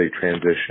transition